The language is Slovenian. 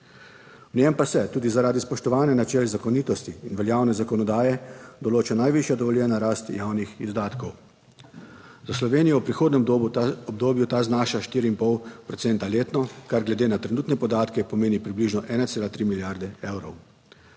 V njem pa se tudi zaradi spoštovanja načel zakonitosti in veljavne zakonodaje določa najvišja dovoljena rast javnih izdatkov. Za Slovenijo v prihodnjem obdobju, ta znaša štiri in pol procenta letno, kar glede na trenutne podatke pomeni približno 1,3 milijarde evrov.